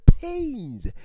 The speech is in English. pains